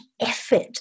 effort